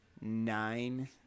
nine